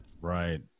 right